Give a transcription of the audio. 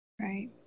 right